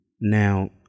Now